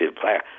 player